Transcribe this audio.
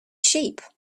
sheep